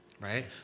right